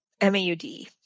M-A-U-D